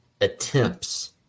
attempts